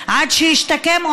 בבקשה, אדוני, עד שלוש דקות.